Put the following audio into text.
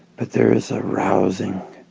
but there is a rousing